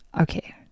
Okay